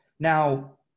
Now